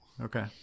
Okay